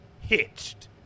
hitched